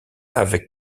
avec